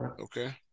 Okay